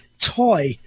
toy